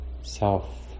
self